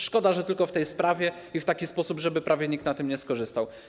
Szkoda, że tylko w tej sprawie i taki sposób, żeby prawie nikt na tym nie skorzystał.